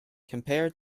compared